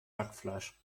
hackfleisch